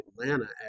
Atlanta